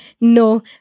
No